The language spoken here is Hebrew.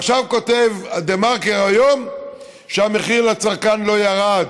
ועכשיו כתוב בדה-מרקר היום שהמחיר לצרכן לא ירד.